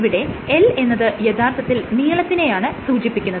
ഇവിടെ L എന്നത് യഥാർത്ഥത്തിൽ നീളത്തിനെയാണ് സൂചിപ്പിക്കുന്നത്